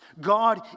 God